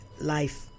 life